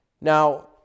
Now